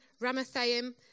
Ramathaim